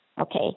Okay